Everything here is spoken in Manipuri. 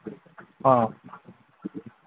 ꯑ